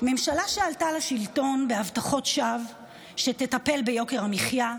ממשלה שעלתה לשלטון בהבטחות שווא שתטפל ביוקר המחיה,